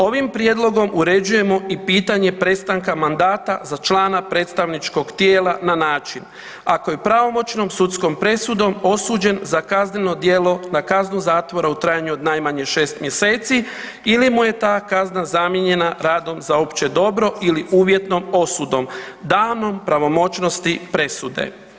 Ovim prijedlogom uređujemo i pitanje prestanka mandata za člana predstavničkog tijela na način ako je pravomoćnom sudskom presudom osuđen za kazneno djelo na kaznu zatvora u trajanju od najmanje šest mjeseci ili mu je ta kazna zamijenjena radom za opće dobro ili uvjetnom osudom danom pravomoćnosti presude.